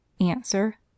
Answer